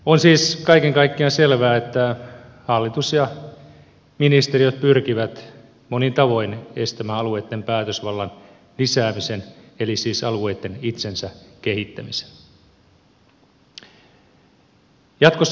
on siis kaiken kaikkiaan selvää että hallitus ja ministeriöt pyrkivät monin tavoin estämään alueitten päätösvallan lisäämisen eli siis alueitten itsensä kehittämisen